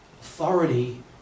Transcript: authority